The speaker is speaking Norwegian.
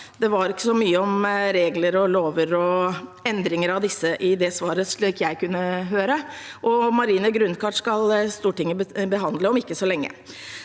Det var ikke så mye om regler, lover og endringer av disse i det svaret, slik jeg kunne høre, og marine grunnkart skal Stortinget behandle om ikke så lenge.